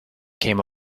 came